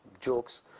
jokes